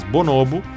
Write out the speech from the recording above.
Bonobo